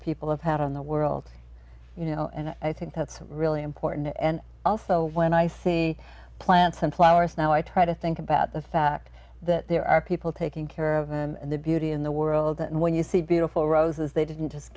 people have had in the world you know and i think that's really important and also when i see plants and flowers now i try to think about the fact that there are people taking care of and the beauty in the world that when you see beautiful roses they didn't just